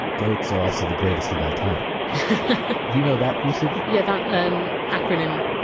goats are also the greatest of all time. do you know that usage? yeah, that um acronym.